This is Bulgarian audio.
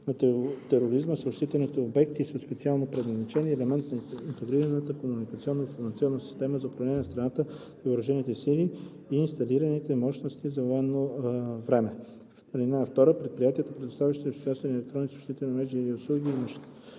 на тероризма съобщителните обекти със специално предназначение – елемент от Интегрираната комуникационно-информационна система за управление на страната и въоръжените сили, и инсталираните мощности за военно време. (2) Предприятията, предоставящи обществени електронни съобщителни мрежи и/или услуги и имащи